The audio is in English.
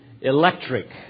electric